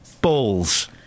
balls